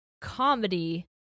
comedy